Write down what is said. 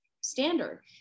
standard